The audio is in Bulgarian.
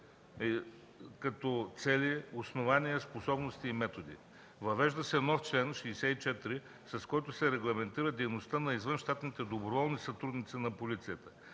като цели, основания, способности и методи. Въвежда се нов чл. 64, с който се регламентира дейността на извънщатните доброволни сътрудници на полицията.